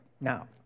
Now